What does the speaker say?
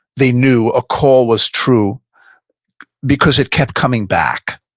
they knew a call was true because it kept coming back.